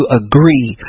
agree